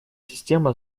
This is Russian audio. система